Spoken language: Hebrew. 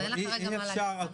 ואין לה כרגע מה להגיד,